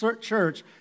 church